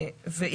בתוקף,